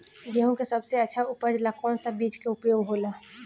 गेहूँ के सबसे अच्छा उपज ला कौन सा बिज के उपयोग होला?